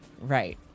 Right